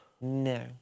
No